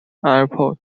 airport